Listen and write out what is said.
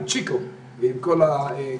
עם צ'יקו ועם כל הגורמים.